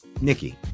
nikki